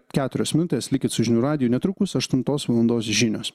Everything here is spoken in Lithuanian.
keturios minutės likit su žinių radiju netrukus aštuntos valandos žinios